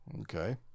Okay